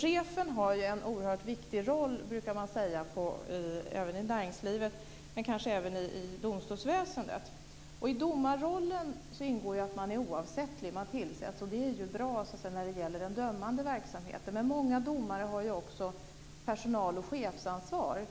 Chefen har en oerhört viktig roll i näringslivet men även i domstolsväsendet. I domarrollen ingår att man är oavsättlig. Det är bra när det gäller den dömande verksamheten. Men många domare har också personal och chefsansvar.